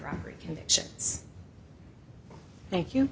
robbery convictions thank you